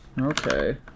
Okay